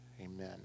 Amen